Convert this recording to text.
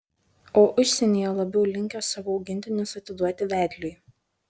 o užsienyje labiau linkę savo augintinius atiduoti vedliui